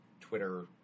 Twitter